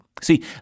See